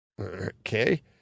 Okay